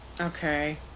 Okay